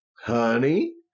Honey